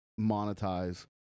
monetize